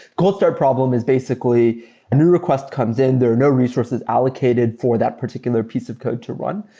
cold start problem is basically a new request comes in. there are no resources allocated for that particular piece of code to run.